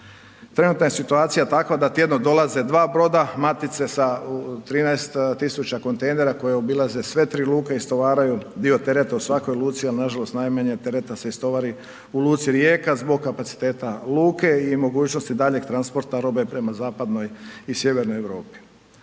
Trenutna je situacija takva da tjedno dolaze dva broda matice sa 13 tisuća kontejnera, koje obilaze sve tri luke, istovaruju dio tereta u svakoj luci, a nažalost najmanje tereta se istovari u luci Rijeka zbog kapaciteta luke i mogućnosti daljnjeg transporta robe prema zapadnoj i sjevernoj Europi.